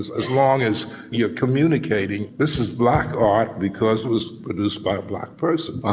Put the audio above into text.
as as long as you're communicating. this is black art because it was produced by a black person. ah